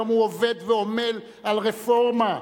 היום הוא עובד ועמל על רפורמה.